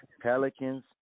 Pelicans